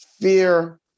fear